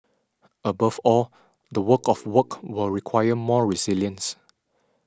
above all the work of work will require more resilience